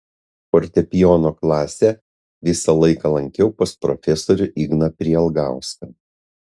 fortepijono klasę visą laiką lankiau pas profesorių igną prielgauską